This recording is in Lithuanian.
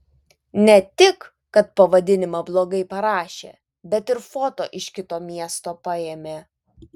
ne tik kad pavadinimą blogai parašė bet ir foto iš kito miesto paėmė